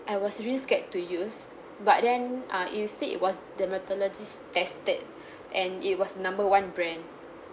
I was really scared to use but then uh he said it was dermatologist-tested and it was number one brand